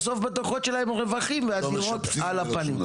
בסוף בדוחות שלהם רווחים והדירות על הפנים.